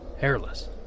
hairless